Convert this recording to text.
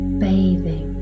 bathing